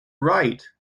right